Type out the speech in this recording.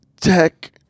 Tech